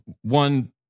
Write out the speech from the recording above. one